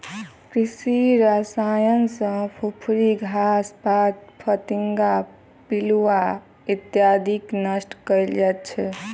कृषि रसायन सॅ फुफरी, घास पात, फतिंगा, पिलुआ इत्यादिके नष्ट कयल जाइत छै